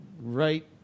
right